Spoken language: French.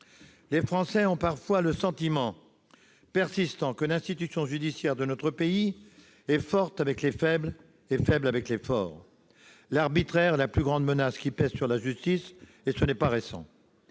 Les Français ont parfois le sentiment persistant que l'institution judiciaire de notre pays est forte avec les faibles et faible avec les forts. L'arbitraire est la plus grande menace qui pèse sur la justice ; ce n'est pas récent.